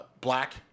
black